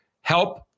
help